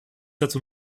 dazu